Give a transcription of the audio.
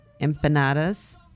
empanadas